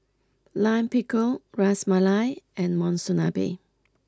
Lime Pickle Ras Malai and Monsunabe